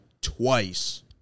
twice